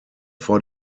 vor